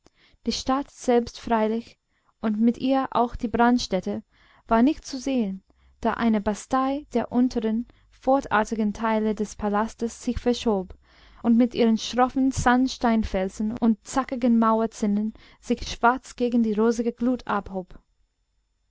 die stadt selbst freilich und mit ihr auch die brandstätte war nicht zu sehen da eine bastei der unteren fortartigen teile des palastes sich vorschob und mit ihren schroffen sandsteinfelsen und zackigen mauerzinnen sich schwarz gegen die rosige glut abhob